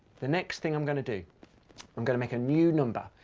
the next thing i'm going to do i'm going to make a new number.